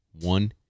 One